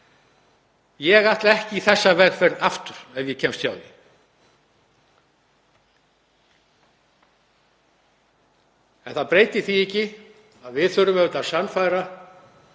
Ég ætla ekki í þessa vegferð aftur ef ég kemst hjá því. En það breytir því ekki að við þurfum að sannfæra